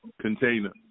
container